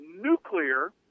nuclear